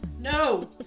no